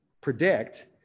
predict